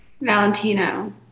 Valentino